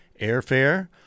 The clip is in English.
airfare